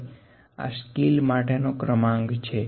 હવે આં સ્કીલ માટેનો ક્રમાંક છે